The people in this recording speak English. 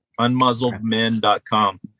unmuzzledmen.com